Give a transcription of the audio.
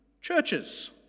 churches